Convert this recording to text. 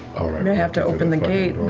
may have to open the gate.